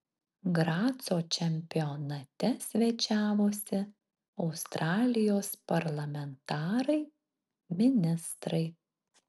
graco čempionate svečiavosi australijos parlamentarai ministrai